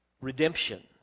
redemption